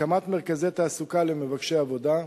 בהקמת מרכזי תעסוקה למבקשי עבודה,